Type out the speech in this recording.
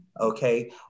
okay